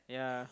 yeah